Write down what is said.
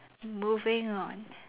moving on